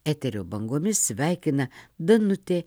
eterio bangomis sveikina danutė